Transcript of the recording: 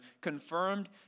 confirmed